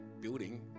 building